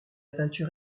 peinture